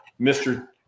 Mr